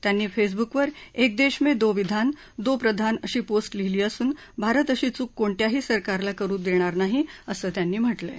त्यांनी फेसबुकवर एक देश मे दो विधान दो प्रधान अशी पोस्ट लिहिली असून भारत अशी चूक कोणत्याही सरकारला करु देणार नाही असं त्यांनी म्हटलंय